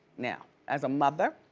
now, as a mother,